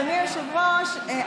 אדוני היושב-ראש,